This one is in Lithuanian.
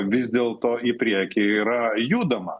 vis dėlto į priekį yra judama